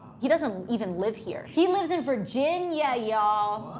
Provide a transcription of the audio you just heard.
he doesn't even live here. he lives in virginia, y'all.